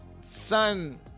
son